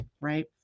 right